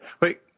wait